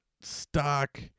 stock